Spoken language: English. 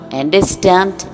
understand